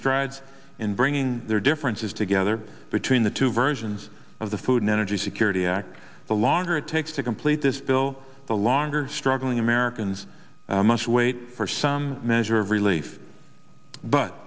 strides in bringing their differences together between the two versions of the food and energy security act the longer it takes to complete this bill the longer struggling americans must wait for some measure of relief but